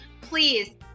please